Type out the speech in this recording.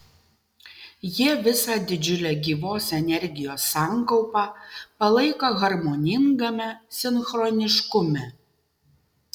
jie visą didžiulę gyvos energijos sankaupą palaiko harmoningame sinchroniškume